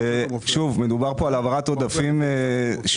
שוב, מדובר כאן על העברת עודפים שוטפים.